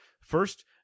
First